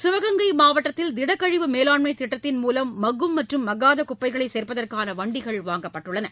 சிவகங்கை மாவட்டத்தில் திடக்கழிவு மேலாண்மை திட்டத்தின் மூலம் மக்கும் மற்றும் மக்காத குப்பைகளை சேர்ப்பதற்கான வண்டிகள் வாங்கப்பட்டுள்ளன